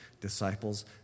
Disciples